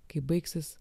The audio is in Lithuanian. kai baigsis